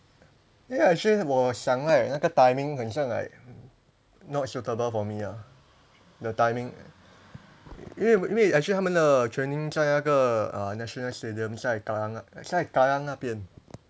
ya actually 我想 right 那个 timing 很像 like not suitable for me ah the timing 因为因为 actually 他们的 training 在那个 uh national stadium 在 kallang 在 kallang 那边